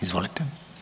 Izvolite.